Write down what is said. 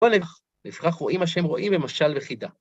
בואו נפחח רואים מה שהם רואים במשל בחידה.